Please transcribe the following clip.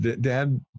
dad